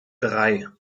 drei